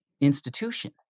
institution